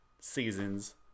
seasons